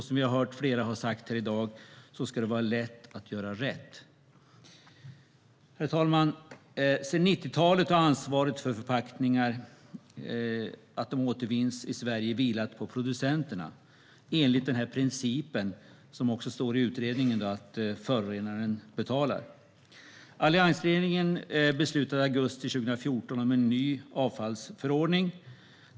Som vi har hört flera säga i dag ska det vara lätt att göra rätt. Herr talman! Sedan 90-talet har ansvaret för återvinning av förpackningar i Sverige vilat på producenterna enligt principen, som också framgår av utredningen, att förorenaren betalar. Alliansregeringen beslutade i augusti 2014 om en ny avfallsförordning.